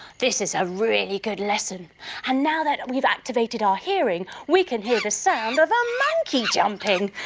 this is a really good lesson and now that we've activated our hearing we can hear the sound of a monkey jumping!